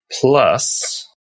plus